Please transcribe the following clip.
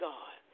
God